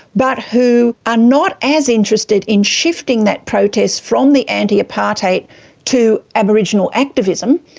but who are not as interested in shifting that protest from the anti-apartheid to aboriginal activism.